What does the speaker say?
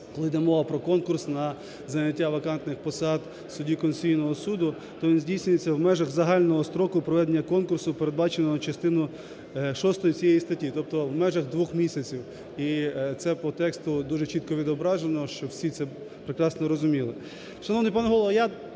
коли йде мова про конкурс на зайняття вакантних посад судді Конституційного Суду, то він здійснюється в межах загального строку проведення конкурсу, передбаченого частиною 6 цієї статті, тобто в межах 2 місяців. І це по тексту дуже чітко відображено, щоб всі це прекрасно розуміли.